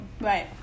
right